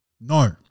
No